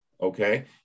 okay